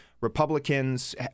Republicans